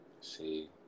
see